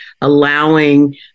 allowing